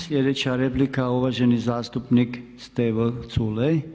Sljedeća replika, uvaženi zastupnik Stevo Culej.